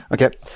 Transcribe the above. Okay